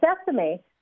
sesame